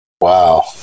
Wow